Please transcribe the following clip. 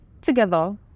Together